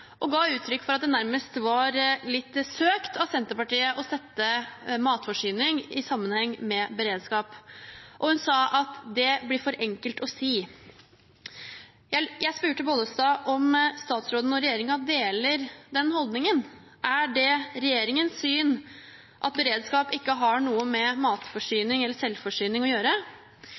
og ga uttrykk for at det nærmest var litt søkt av Senterpartiet å sette matforsyning i sammenheng med beredskap. Hun sa at det blir for enkelt å si. Jeg spurte Bollestad om statsråden og regjeringen deler den holdningen. Er det regjeringens syn at beredskap ikke har noe med matforsyning eller selvforsyning gjøre?